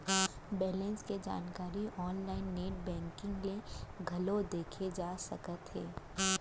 balance के जानकारी online net banking ले घलौ देखे जा सकत हे